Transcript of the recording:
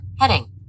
Heading